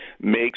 makes